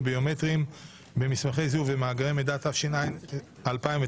ביומטריים במסמכי זיהוי ובמאגרי מידע התש"ע-2009,